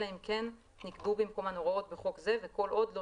אלא אם כן נקבעו במקומו הוראות בחוק זה וכל עוד לא